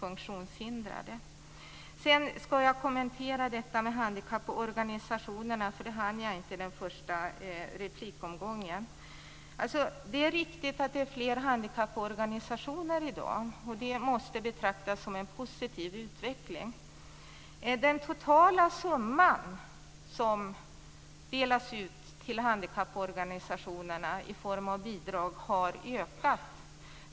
Jag ska ge några kommentarer om handikapporganisationerna, eftersom jag inte hann med det i den första replikomgången. Det är riktigt att det finns fler handikapporganisationer i dag, och det måste betraktas som en positiv utveckling. Den totala summan som delas ut till handikapporganisationerna i form av bidrag har ökat.